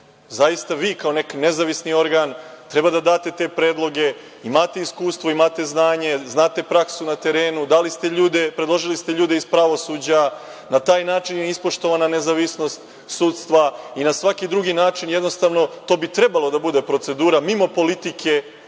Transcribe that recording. Zaista, vi kao neki nezavisni organ treba da date te predloge, imate iskustvo, imate znanje, znate praksu na terenu, dali ste ljude, predložili ste ljude iz pravosuđa, na taj način je ispoštovana nezavisnost sudstva i na svaki drugi način jednostavno to bi trebalo da bude procedura mimo politike